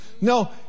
No